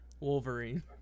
wolverine